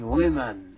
women